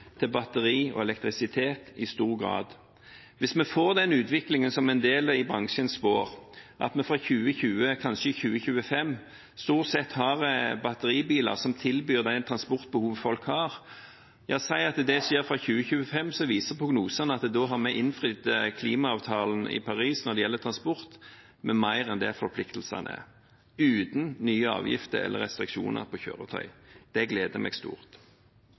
til batteri og elektrisitet. Hvis vi får den utviklingen som en del i bransjen spår, at vi fra 2020, kanskje 2025, stort sett har batteribiler som dekker de transportbehovene folk har – la oss si det skjer fra 2025 – da viser prognosene at vi vil ha innfridd klimaavtalen i Paris når det gjelder transport, med mer enn forpliktelsene er, uten nye avgifter eller restriksjoner på kjøretøy. Det gleder meg stort.